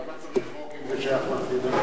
למה צריך חוק אם זה שייך למדינה?